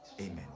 amen